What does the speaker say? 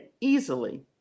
easily